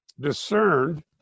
discerned